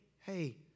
hey